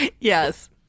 Yes